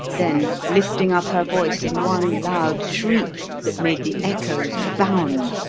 then, lifting up her voice in one loud shriek that made the echoes bound,